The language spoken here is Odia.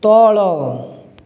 ତଳ